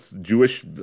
jewish